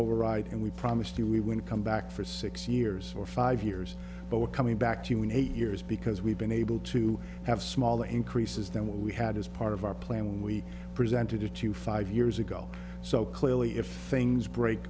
override and we promised you we wouldn't come back for six years or five years but we're coming back to an eight years because we've been able to have smaller increases than what we had as part of our plan we presented it to five years ago so clearly if things break